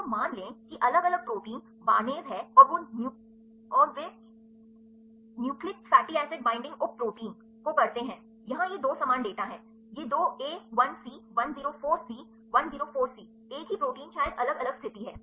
तो मान लें कि अलग अलग प्रोटीन बार्नेज़ है और वे न्यूक्लियस फैटी एसिड बाइंडिंग उप प्रोटीन को करते हैं यहाँ ये दो समान डेटा हैं ये दो ए 1 सी 104 सी 104 सी एक ही प्रोटीन शायद अलग अलग स्थिति हैं